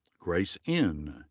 grace in.